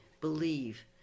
believe